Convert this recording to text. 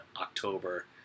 October